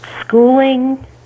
schooling